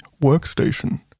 workstation